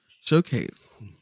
showcase